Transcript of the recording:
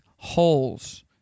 Holes